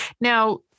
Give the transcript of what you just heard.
Now